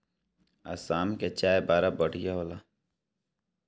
आसाम के चाय बड़ा बढ़िया होला